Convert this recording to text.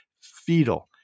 fetal